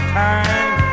time